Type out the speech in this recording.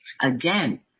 again